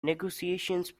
negotiations